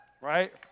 Right